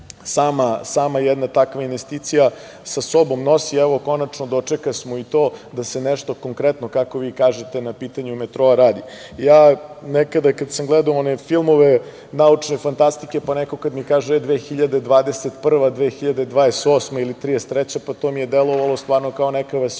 sama jedna takva investicija sa sobom nosi evo konačno dočekasmo i to da se nešto konkretno, kako vi kažete, na pitanju metroa radi. Ja nekada kada sam gledao one filmove, naučne fantastike, pa kada mi neko kaže 2021,2028, pa 2033. godina, pa to mi je delovalo stvarno kao neka